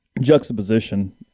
juxtaposition